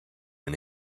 and